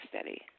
steady